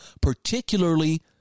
particularly